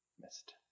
missed